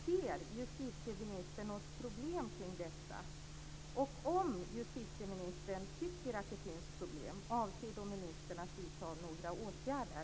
Ser justitieministern något problem kring detta? Och om justitieministern tycker att det finns problem, avser ministern då att vidta några åtgärder?